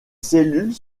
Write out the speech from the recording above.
cellules